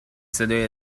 صدای